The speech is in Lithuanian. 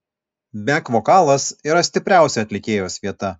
bek vokalas yra stipriausia atlikėjos vieta